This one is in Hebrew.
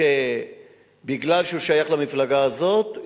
מפני שהוא שייך למפלגה הזאת,